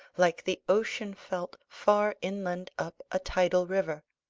like the ocean felt far inland up a tidal river.